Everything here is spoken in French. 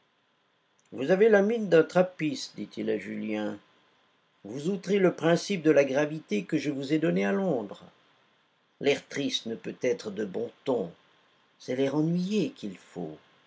vous avez la mine d'un trappiste dit-il à julien vous outrez le principe de la gravité que je vous ai donné à londres l'air triste ne peut être de bon ton c'est l'air ennuyé qu'il faut